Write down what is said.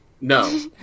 no